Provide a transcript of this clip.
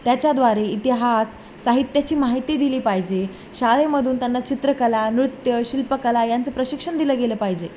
त्याच्याद्वारे इतिहास साहित्याची माहिती दिली पाहिजे शाळेमधून त्यांना चित्रकला नृत्य शिल्पकला यांचं प्रशिक्षण दिलं गेलं पाहिजे